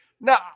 Now